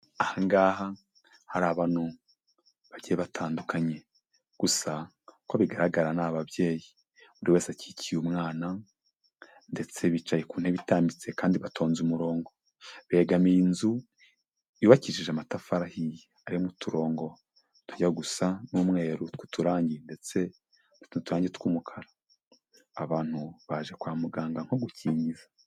Aha ngaha hari abantu bagiye batandukanye. Gusa uko bigaragara ni ababyeyi. Buri wese akikiye umwana ndetse bicaye ku ntebe itambitse kandi batonze umurongo. Begamiye inzu yubakishije amatafari ahiye. Arimo uturongo tujya gusa n'umweru tw'uturangi ndetse tw'uturangi tw'umukara. Abantu baje kwa muganga nko gukingiza.